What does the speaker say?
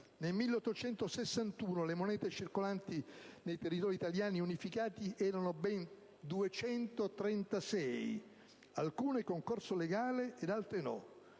Nel 1861 le monete circolanti nei territori italiani unificati erano ben 236, alcune con corso legale, altre no;